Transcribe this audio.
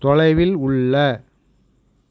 தொலைவில் உள்ள